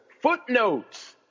Footnotes